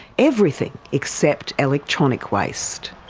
everything except electronic waste.